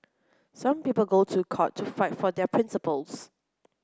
some people go to court to fight for their principles